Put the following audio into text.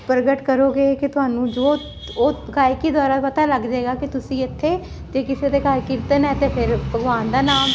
ਪ੍ਰਗਟ ਕਰੋਗੇ ਕਿ ਤੁਹਾਨੂੰ ਜੋ ਉਹ ਗਾਇਕੀ ਦੁਆਰਾ ਪਤਾ ਲੱਗ ਜਾਏਗਾ ਕਿ ਤੁਸੀਂ ਇਥੇ ਤੇ ਕਿਸੇ ਦੇ ਘਰ ਕੀਰਤਨ ਹੈ ਤੇ ਫਿਰ ਭਗਵਾਨ ਦਾ ਨਾਮ